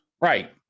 Right